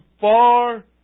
far